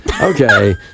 Okay